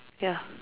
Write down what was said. ya